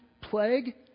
plague